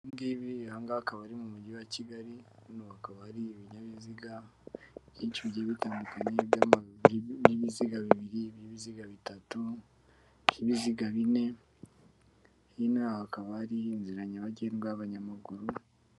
Ibingibi ahangaha akaba ari mu mujyi wa Kigali hano hakaba hari ibinyabiziga byinshi bi byi bitandukanye by'amainyabiziga bibiriinyabiziga bitatubiziga bine yaha hakaba ari inzira nyabagendwa y'abanyamaguru.